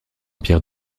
pierre